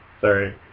Sorry